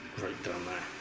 right down there